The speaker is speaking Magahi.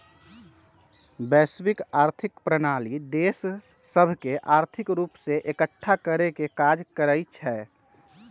वैश्विक आर्थिक प्रणाली देश सभके आर्थिक रूप से एकठ्ठा करेके काज करइ छै